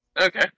Okay